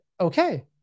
okay